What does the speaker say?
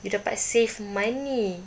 you dapat save money